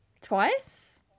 twice